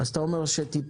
אתה אומר שטיפלתם,